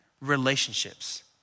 relationships